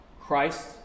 Christ